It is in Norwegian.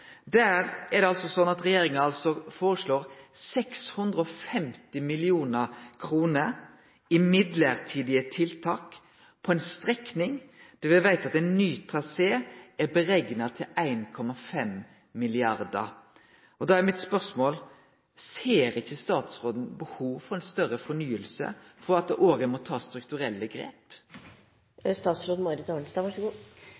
Der foreslår regjeringa 650 mill. kr i mellombelse tiltak på ei strekning der me veit at ein ny trasé er berekna til 1,5 mrd. kr. Då er mitt spørsmål: Ser ikkje statsråden behov for ei større fornying, og at ein òg må ta strukturelle grep?